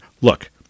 Look